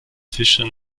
fischer